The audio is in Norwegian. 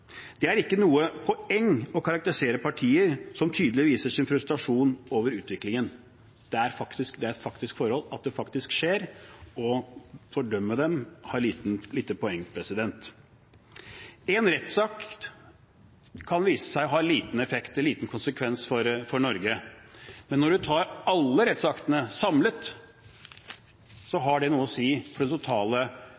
Det er ikke noe poeng å karakterisere partier som tydelig viser sin frustrasjon over utviklingen, det er et faktisk forhold at det skjer, og å fordømme dem er det lite poeng i. En rettsakt kan vise seg å ha liten effekt, liten konsekvens for Norge. Men når du tar alle rettsaktene samlet,